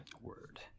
Word